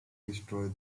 destroy